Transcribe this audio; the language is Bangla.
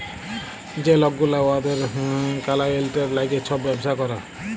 যে লক গুলা উয়াদের কালাইয়েল্টের ল্যাইগে ছব ব্যবসা ক্যরে